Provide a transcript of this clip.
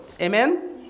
Amen